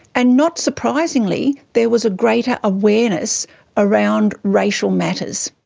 and not surprisingly, there was a greater awareness around racial matters.